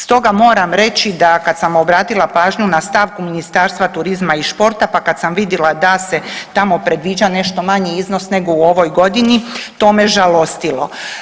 Stoga moram reći da kad sam obratila pažnju na stavku Ministarstva turizma i športa, pa kad sam vidila da se tamo predviđa nešto manji iznos nego u ovoj godini to me žalostilo.